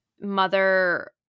mother